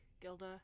Gilda